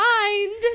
mind